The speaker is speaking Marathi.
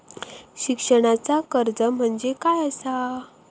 शिक्षणाचा कर्ज म्हणजे काय असा?